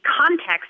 context